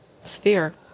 sphere